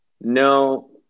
no